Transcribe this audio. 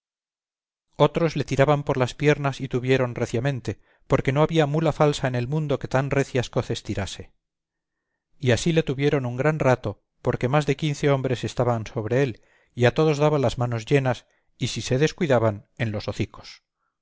otros le tiraban por las piernas y tuvieron reciamente porque no había mula falsa en el mundo que tan recias coces tirase y así le tuvieron un gran rato porque más de quince hombres estaban sobre él y a todos daba las manos llenas y si se descuidaban en los hocicos